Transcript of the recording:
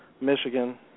Michigan